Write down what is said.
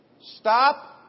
Stop